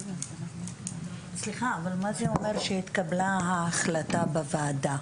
סליחה, מה זה בעצם אומר שהתקבלה ההחלטה בוועדה?